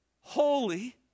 holy